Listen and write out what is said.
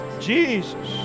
jesus